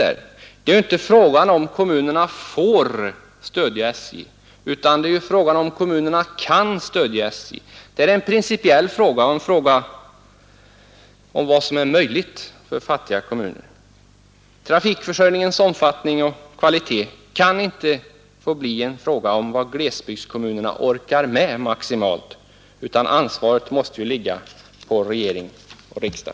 Frågan är inte om kommunerna får stödja SJ utan om kommunerna kan stödja SJ. Det är en principiell fråga och en fråga om vad som är möjligt för fattiga kommuner. Trafikförsörjningens omfattning och kvalitet kan inte få bli en fråga om vad glesbygdskommunerna orkar med maximalt, utan ansvaret måste ju ligga på regering och riksdag.